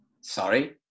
Sorry